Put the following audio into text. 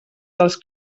dels